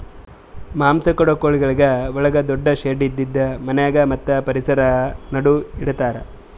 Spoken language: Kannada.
ಮಾಂಸ ಕೊಡೋ ಕೋಳಿಗೊಳಿಗ್ ಒಳಗ ದೊಡ್ಡು ಶೆಡ್ ಇದ್ದಿದು ಮನ್ಯಾಗ ಮತ್ತ್ ಪರಿಸರ ನಡು ಇಡತಾರ್